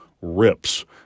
rips